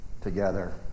together